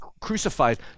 crucified